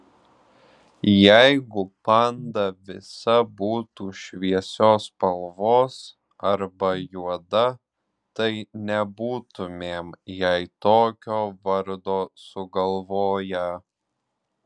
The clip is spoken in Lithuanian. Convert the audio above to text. jeigu panda visa būtų šviesios spalvos arba juoda tai nebūtumėm jai tokio vardo sugalvoję